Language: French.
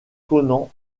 conan